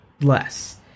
less